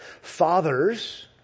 Fathers